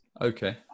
Okay